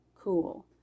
Cool